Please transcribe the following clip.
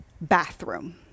bathroom